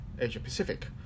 Asia-Pacific